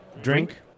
drink